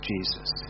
Jesus